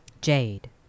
Jade